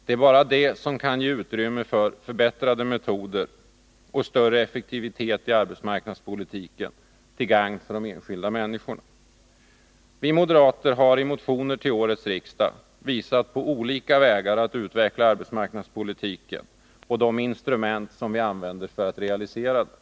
Det är bara det som kan ge utrymme för förbättrade metoder och större effektivitet i arbetsmarknadspolitiken, till gagn för de enskilda människorna. Vi moderater har i motioner till årets riksmöte visat på olika vägar att utveckla arbetsmarknadspolitiken och de instrument som vi använder för att realisera denna.